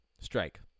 Strike